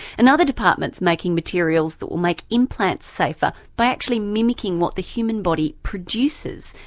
and other departments making materials that will make implants safer by actually mimicking what the human body produces,